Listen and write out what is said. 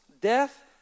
death